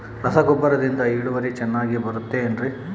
ರಸಗೊಬ್ಬರದಿಂದ ಇಳುವರಿ ಚೆನ್ನಾಗಿ ಬರುತ್ತೆ ಏನ್ರಿ?